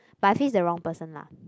but I feel it's the wrong person lah